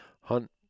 hunt